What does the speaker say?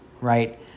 right